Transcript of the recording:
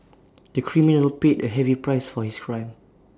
the criminal paid A heavy price for his crime